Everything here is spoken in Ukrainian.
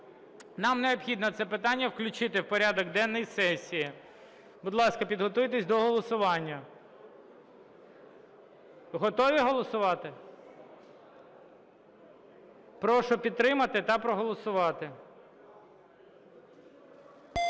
Нам необхідно це питання включити в порядок денний сесії. Будь ласка, підготуйтесь до голосування. Готові голосувати? Прошу підтримати та проголосувати.